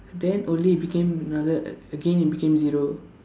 then only it became another again it became zero